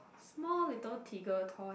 small little tigger toy